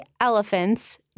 elephants